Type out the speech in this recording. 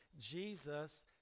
Jesus